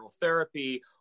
therapy